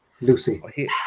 Lucy